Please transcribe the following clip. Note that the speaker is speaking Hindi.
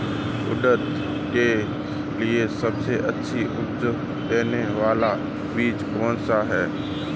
उड़द के लिए सबसे अच्छा उपज देने वाला बीज कौनसा है?